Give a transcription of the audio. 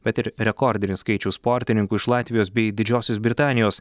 bet ir rekordinis skaičius sportininkų iš latvijos bei didžiosios britanijos